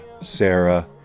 Sarah